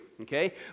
Okay